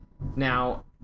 now